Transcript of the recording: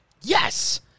yes